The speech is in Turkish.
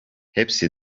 hepsi